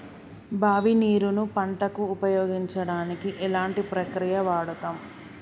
బావి నీరు ను పంట కు ఉపయోగించడానికి ఎలాంటి ప్రక్రియ వాడుతం?